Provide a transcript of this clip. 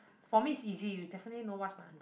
for me is easy you definitely know what's my answer